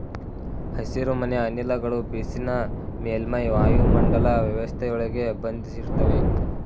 ಹಸಿರುಮನೆ ಅನಿಲಗಳು ಬಿಸಿನ ಮೇಲ್ಮೈ ವಾಯುಮಂಡಲ ವ್ಯವಸ್ಥೆಯೊಳಗೆ ಬಂಧಿಸಿಡ್ತವೆ